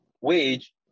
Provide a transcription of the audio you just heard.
wage